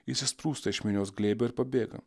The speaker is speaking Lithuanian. jis išsprūsta iš minios glėbio ir pabėga